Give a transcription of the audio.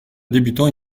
débutants